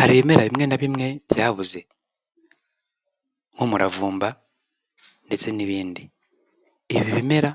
Hari ibimera bimwe na bimwe byabuze nk'umuravumba ndetse n'ibindi, ibi bimera